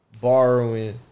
borrowing